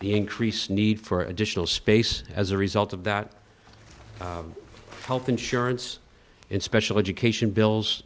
the increased need for additional space as a result of that health insurance and special education bills